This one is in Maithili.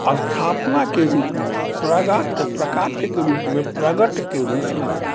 स्थापनाके रूपमे प्रगट प्राकट्यके रूपमे प्रगटके रूपमे